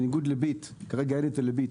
בניגוד ל"ביט" וכרגע אין את זה ב"ביט",